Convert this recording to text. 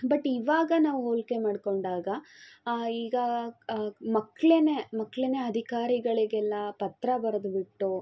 but ಇವಾಗ ನಾವು ಹೋಲ್ಕೆ ಮಾಡಿಕೊಂಡಾಗ ಈಗ ಮಕ್ಕಳೇನೇ ಮಕ್ಕಳೇನೇ ಅಧಿಕಾರಿಗಳಿಗೆಲ್ಲ ಪತ್ರ ಬರೆದುಬಿಟ್ಟು